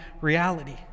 reality